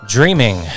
Dreaming